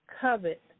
covet